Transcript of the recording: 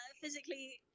physically